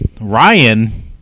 Ryan